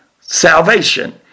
Salvation